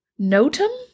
Notum